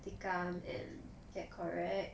take calm and get correct